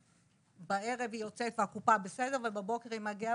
בערב היא יוצאת והקופה בסדר ובבוקר היא מגיעה